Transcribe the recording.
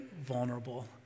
vulnerable